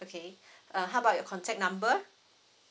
okay uh how about your contact number